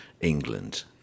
England